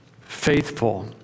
faithful